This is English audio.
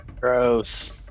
gross